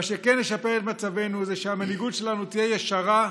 מה שכן ישפר את מצבנו זה שהמנהיגות שלנו תהיה ישרה,